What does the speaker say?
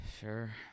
sure